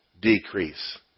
decrease